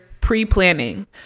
pre-planning